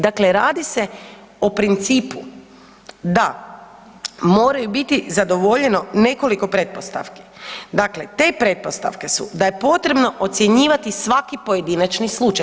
Dakle, radi se o principu da mora biti zadovoljeno nekoliko pretpostavki, dakle te pretpostavke su da je potrebno ocjenjivati svaki pojedinačni slučaj.